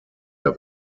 der